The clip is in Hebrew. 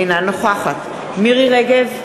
אינה נוכחת מירי רגב,